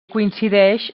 coincideix